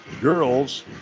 girls